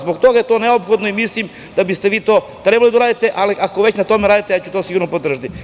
Zbog toga je to neophodno i mislim da biste vi to trebali da uradite, ali ako već na tome radite ja ću to sigurno podržati.